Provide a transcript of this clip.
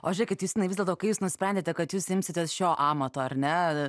o žiūrėkit justinai vis dėlto kai jūs nusprendėte kad jūs imsitės šio amato ar ne